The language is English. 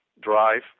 drive